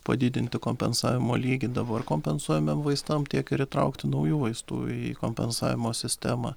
padidinti kompensavimo lygį dabar kompensuojamiem vaistam tiek ir įtraukti naujų vaistų į kompensavimo sistemą